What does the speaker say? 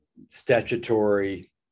statutory